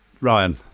Ryan